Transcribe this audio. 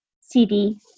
CD